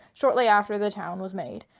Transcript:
shortly after the town was made.